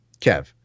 Kev